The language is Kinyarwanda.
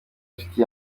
inshuti